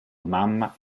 mamma